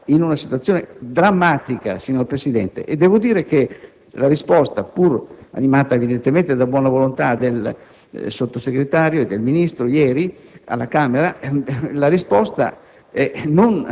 Siamo in una situazione drammatica, signor Presidente, e devo dire che la risposta, pur animata evidentemente da buona volontà del Sottosegretario, e del Ministro ieri alla Camera, non